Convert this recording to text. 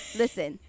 listen